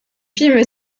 filme